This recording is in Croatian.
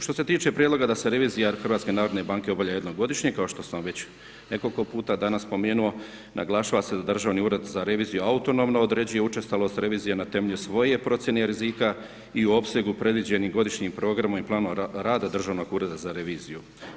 Što se tiče prijedloga da se revizija HNB-a obavlja jednom godišnje kao što sam već nekoliko puta danas spomenuo, naglašava se da Državni ured za reviziju autonomno određuje učestalost revizije na temelju svoje procjene rizika i u opsegu predviđenih godišnjeg programa i planova rada Državnog ureda za reviziju.